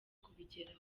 kubigeraho